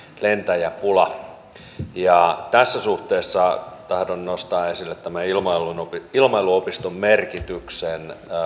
lentäjäpula tässä suhteessa tahdon nostaa esille ilmailuopiston ilmailuopiston merkityksen